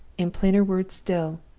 in plainer words still,